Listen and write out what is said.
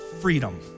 freedom